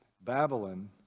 Babylon